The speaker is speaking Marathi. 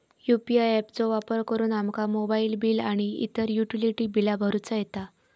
यू.पी.आय ऍप चो वापर करुन आमका मोबाईल बिल आणि इतर युटिलिटी बिला भरुचा येता